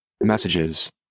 Messages